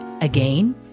again